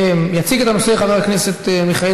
מס' 10983. יציג את הנושא חבר הכנסת מיכאל